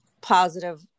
positive